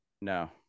No